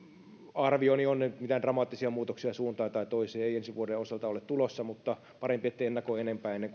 arvioni on että mitään dramaattisia muutoksia suuntaan tai toiseen ei ensi vuoden osalta ole tulossa mutta parempi etten ennakoi enempää ennen